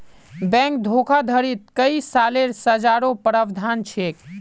bank धोखाधडीत कई सालेर सज़ारो प्रावधान छेक